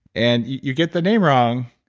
and you get the name wrong,